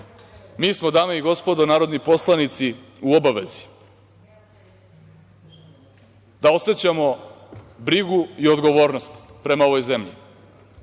smo, dame i gospodo narodni poslanici, u obavezi da osećamo brigu i odgovornost prema ovoj zemlji,